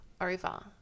over